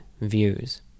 views